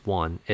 one